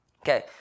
okay